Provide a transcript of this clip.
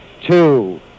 two